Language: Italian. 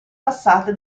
passate